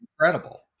incredible